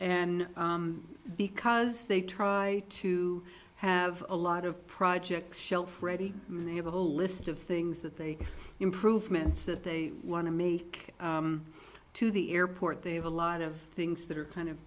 and because they try to have a lot of projects shelf ready and they have a whole list of things that they improvements that they want to make to the airport they have a lot of things that are kind of